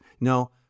no